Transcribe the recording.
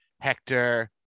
Hector